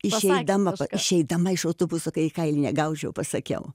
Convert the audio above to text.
išeidama pa išeidama iš autobuso kai į kailį negaučiau pasakiau